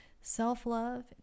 self-love